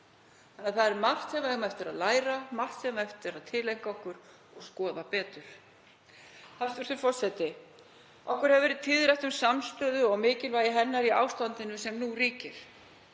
Það er margt sem við eigum eftir að læra, margt sem við eigum eftir að tileinka okkur og skoða betur. Hæstv. forseti. Okkur hefur verið tíðrætt um samstöðu og mikilvægi hennar í ástandinu sem nú ríkir.